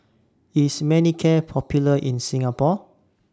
IS Manicare Popular in Singapore